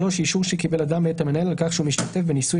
אישור שקיבל אדם מאת המנהל על כך שהוא משתתף בניסוי